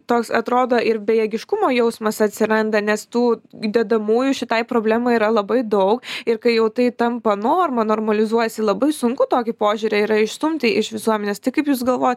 toks atrodo ir bejėgiškumo jausmas atsiranda nes tų dedamųjų šitai problemai yra labai daug ir kai jau tai tampa norma normalizuojasi labai sunku tokį požiūrį yra išstumti iš visuomenės tik kaip jūs galvojat